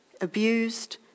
abused